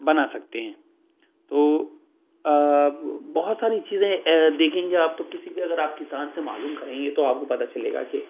بنا سکتے ہیں تو بہت ساری چیزیں دیکھیں گے آپ تو کسی بھی اگر آپ کسان سے معلوم کریں گے تو آپ کو پتہ چلے گا کہ